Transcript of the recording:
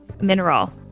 mineral